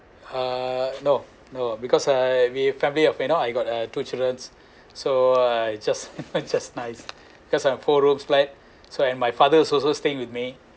uh no no because I with family you know I got uh two children so I just I just nice because I four room flat so and my father's also staying with me